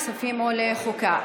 לכספים או לחוקה.